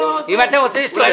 אם אתם רוצים להסתובב, תסתובבו.